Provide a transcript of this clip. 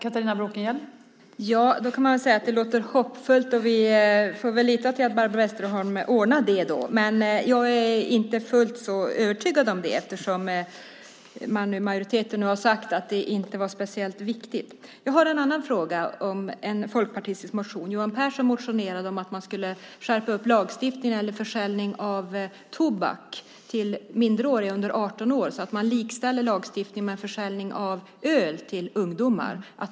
Fru talman! Då kan man väl säga att det låter hoppfullt. Vi får väl lita till att Barbro Westerholm ordnar det. Men jag är inte fullt så övertygad om det eftersom majoriteten nu har sagt att det inte var speciellt viktigt. Jag har en annan fråga om en folkpartistisk motion. Johan Pehrson motionerade om att man skulle skärpa lagstiftningen när det gäller försäljning av tobak till minderåriga, de som är under 18 år, så att man i lagstiftningen likställer det med försäljning av öl till ungdomar.